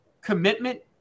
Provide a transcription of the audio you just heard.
commitment